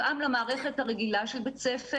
כי זה מתואם למערכת הרגילה של בית ספר.